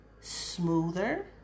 smoother